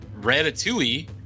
Ratatouille